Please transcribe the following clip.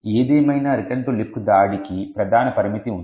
ఏదేమైనా return to లిబ్క్ దాడికి ప్రధాన పరిమితి ఉంది